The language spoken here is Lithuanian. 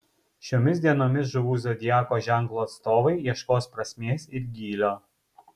šiomis dienomis žuvų zodiako ženklo atstovai ieškos prasmės ir gylio